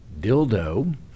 dildo